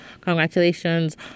congratulations